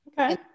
Okay